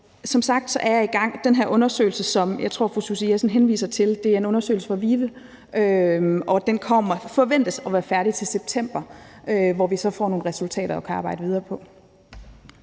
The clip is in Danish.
Som sagt er jeg i gang. Den undersøgelse, som jeg tror fru Susie Jessen henviser til, er en undersøgelse fra VIVE, og den forventes at være færdig til september, hvor vi så får nogle resultater, som vi kan arbejde videre med.